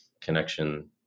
connection